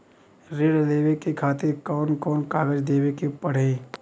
ऋण लेवे के खातिर कौन कोन कागज देवे के पढ़ही?